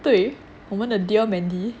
对我们的 dear mandy